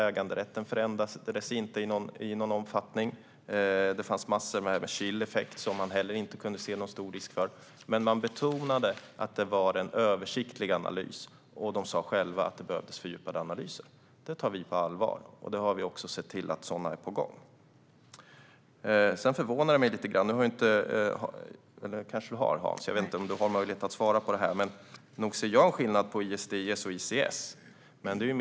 Äganderätten skulle inte förändras i någon omfattning. Det fanns massor med chill effects som man inte heller kunde se någon stor risk för. Men Kommerskollegium betonade att det var en översiktlig analys, och man sa själv att det behövdes fördjupade analyser. Detta tar vi på allvar, och vi har också sett till att sådana analyser är på gång. Jag vet inte om Hans har möjlighet att svara på detta, men nog ser jag en skillnad mellan ISDS och ICS. Det du sa förvånar mig lite grann.